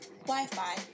Wi-Fi